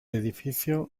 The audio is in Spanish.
edificio